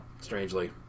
strangely